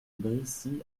brissy